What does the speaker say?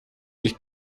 sich